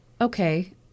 okay